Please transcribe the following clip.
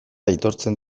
aitortzen